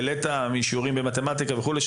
על שיעורים במתמטיקה וכולי.